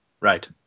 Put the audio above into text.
Right